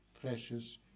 precious